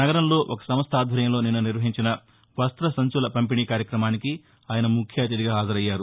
నగరంలో ఒక సంస్థ ఆధ్వర్యంలో నిన్న నిర్వహించిన వస్త సంచుల పంపిణీ కార్యక్రమానికి ఆయన ముఖ్యఅతిథిగా హాజరయ్యారు